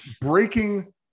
breaking